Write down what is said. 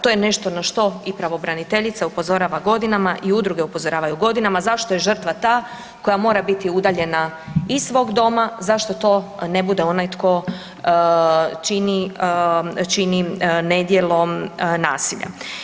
To je nešto na što i pravobraniteljica upozorava godinama i udruge upozoravaju godinama, zašto je žrtva ta koja mora biti udaljena iz svog doma, zašto to ne bude onaj tko čini nedjelo nasilja.